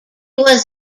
was